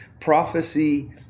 Prophecy